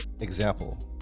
example